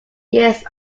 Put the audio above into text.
years